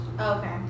Okay